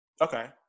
okay